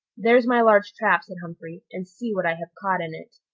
there's my large trap, said humphrey, and see what i have caught in it.